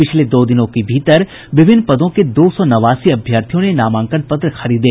पिछले दो दिनों के भीतर विभिन्न पदों के दो सौ नवासी अभ्यर्थियों ने नामांकन पत्र खरीदे